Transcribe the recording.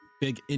big